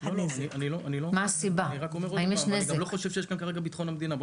אני לא חושב שיש כאן כרגע ביטחון המדינה.